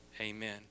amen